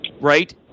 right